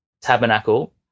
tabernacle